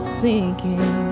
sinking